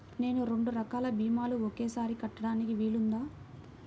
నేను రెండు రకాల భీమాలు ఒకేసారి కట్టడానికి వీలుందా?